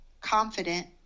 confident